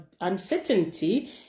uncertainty